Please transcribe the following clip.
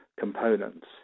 Components